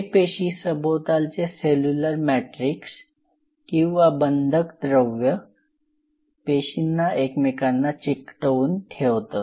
हे पेशी सभोवतालचे सेल्युलर मॅट्रिक्स किंवा बंधक द्रव्य पेशींना एकमेकांना चिकटवून ठेवतं